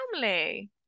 family